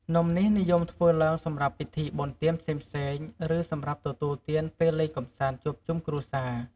នំនេះនិយមធ្វើឡើងសម្រាប់ពិធីបុណ្យទានផ្សេងៗ ឬសម្រាប់ទទួលទានពេលលេងកម្សាន្តជួបជុំគ្រួសារ។